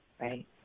right